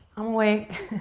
i'm awake,